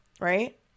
right